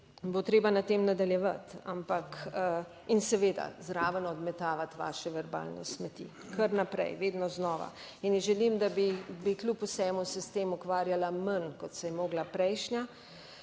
bo treba na tem nadaljevati, ampak in seveda zraven odmetavati vaše verbalne smeti kar naprej, vedno znova. In ji želim, da bi kljub vsemu se s tem ukvarjala manj kot se je morala prejšnja